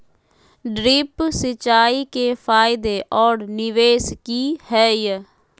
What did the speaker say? Drip सिंचाई के फायदे और निवेस कि हैय?